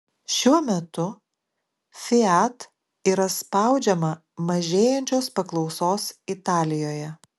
šiuo metu fiat yra spaudžiama mažėjančios paklausos italijoje